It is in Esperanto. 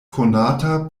konata